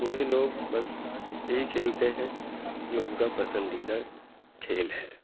بوڑھے لوگ بس یہی کھیلتے ہیں جو ان کا پسندیدہ کھیل ہے